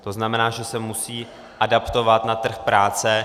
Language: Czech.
To znamená, že se musí adaptovat na trh práce.